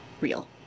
real